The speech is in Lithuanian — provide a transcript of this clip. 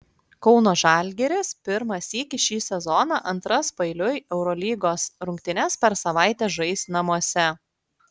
kauno žalgiris pirmą sykį šį sezoną antras paeiliui eurolygos rungtynes per savaitę žais namuose